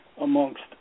amongst